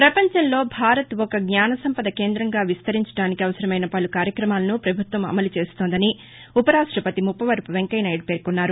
ప్రపంచంలో భారత్ ఒక జ్ఞానసంపద కేంద్రంగా విస్తరించడానికి అవసరమైన పలు కార్యక్రమాలను పభుత్వం అమలు చేస్తోందని ఉపరాష్టపతి ముప్పవరపు వెంకయ్యనాయుడు పేర్శొన్నారు